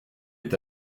est